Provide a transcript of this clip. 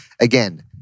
again